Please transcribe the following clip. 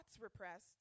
repressed